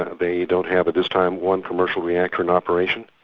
ah they don't have at this time one commercial reactor in operation.